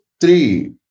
three